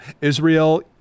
Israel